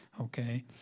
Okay